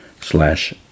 slash